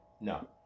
No